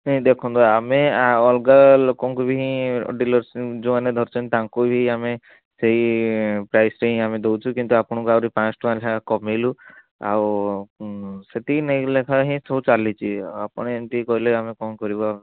ନାହିଁ ଦେଖନ୍ତୁ ଆମେ ଅଲଗା ଲୋକଙ୍କୁ ବି ହିଁ ଡିଲର୍ସ୍ ଯେଉଁମାନେ ଧରିଛନ୍ତି ତାଙ୍କୁ ହିଁ ଆମେ ସେଇ ପ୍ରାଇସ୍ରେ ହିଁ ଆମେ ଦେଉଛୁ କିନ୍ତୁ ଆପଣଙ୍କୁ ଆହୁରି ପାଞ୍ଚ ଶହ ଟଙ୍କା ଲେଖାଏଁ କମାଇଲୁ ଆଉ ସେତିକି ଲେଖାଏଁ ହିଁ ସବୁ ଚାଲିଛି ଆପଣ ଏମିତି କହିଲେ ଆମେ କ'ଣ କରିବୁ ଆଉ